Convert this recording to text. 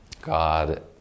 God